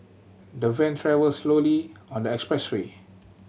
the van travelled slowly on the expressway